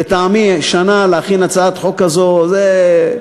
לטעמי, שנה להכין הצעת חוק כזאת זה,